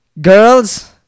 girls